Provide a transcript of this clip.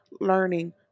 Learning